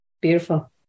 Beautiful